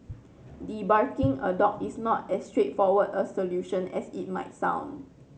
debarking a dog is not as straightforward a solution as it might sound